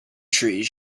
trees